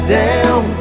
down